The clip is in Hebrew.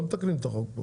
לא מתקנים את החוק.